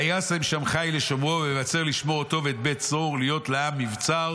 וישם שם חיל לשומרו ויבצר לשמור אותו את בית צור להיות לעם מבצר